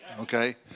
okay